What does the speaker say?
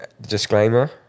disclaimer